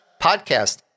podcast